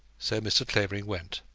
so mr. clavering went.